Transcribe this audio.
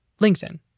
LinkedIn